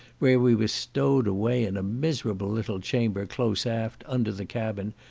where we were stowed away in a miserable little chamber close aft, under the cabin,